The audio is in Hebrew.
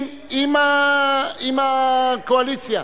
עם הקואליציה.